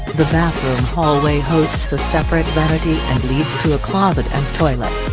the bathroom hallway hosts a separate vanity and leads to a closet and toilet.